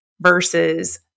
versus